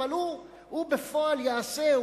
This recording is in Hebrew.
אבל הוא בפועל יעשה,